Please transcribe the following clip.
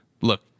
look